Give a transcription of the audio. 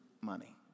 money